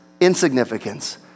insignificance